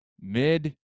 mid